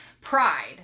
pride